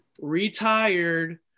retired